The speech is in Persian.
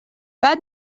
بعد